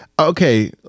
Okay